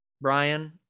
Brian